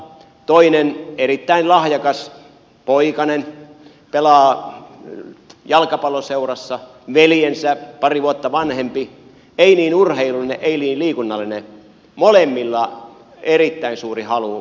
toinen erittäin lahjakas poikanen pelaa jalkapalloseurassa ja veljensä pari vuotta vanhempi ei ole niin urheilullinen ei niin liikunnallinen mutta molemmilla erittäin suuri halu harrastaa liikuntaa